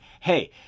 Hey